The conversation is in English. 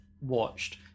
watched